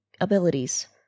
abilities